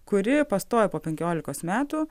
kuri pastojo po penkiolikos metų